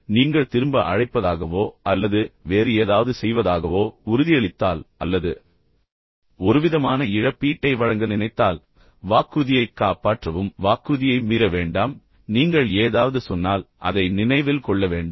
நீங்கள் திரும்ப அழைப்பதாகவோ அல்லது வேறு ஏதாவது செய்வதாகவோ உறுதியளித்தால் அல்லது ஒருவிதமான இழப்பீட்டை வழங்க நினைத்தால் வாக்குறுதியைக் காப்பாற்றவும் வாக்குறுதியை மீற வேண்டாம் அதை புறக்கணிக்க வேண்டாம் நீங்கள் ஏதாவது சொன்னால் அதை நினைவில் கொள்ள வேண்டாம்